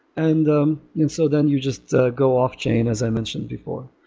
and um and so then you just go off-chain as i mentioned before.